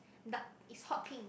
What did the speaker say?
dark is hot pink